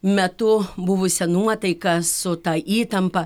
metu buvusia nuotaika su ta įtampa